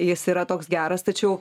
jis yra toks geras tačiau